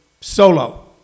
solo